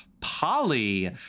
Polly